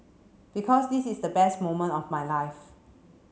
because this is the best moment of my life